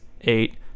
eight